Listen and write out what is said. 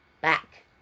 back